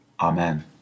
Amen